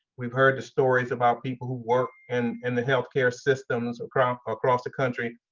we've heard the stories about people who work and in the healthcare systems across across the country.